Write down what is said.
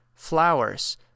Flowers